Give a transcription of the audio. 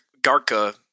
Garca